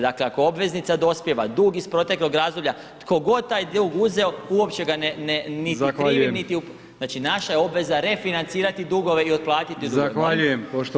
Dakle ako obveznica dospijeva, dug iz proteklog razdoblja, tko god taj dug uzeo uopće ga niti krivim niti, znači naša je obveza refinancirati dugove i otplatiti dugove.